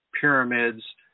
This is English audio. pyramids